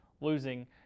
losing